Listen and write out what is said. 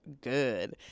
good